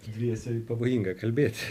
dviese pavojinga kalbėti